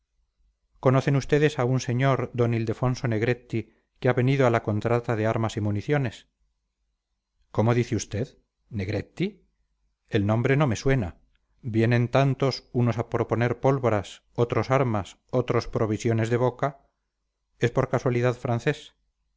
conocen ustedes a un señor d ildefonso negretti que ha venido a la contrata de armas y municiones cómo dice usted negretti el nombre no me suena vienen tantos unos a proponer pólvoras otros armas otros provisiones de boca es por casualidad francés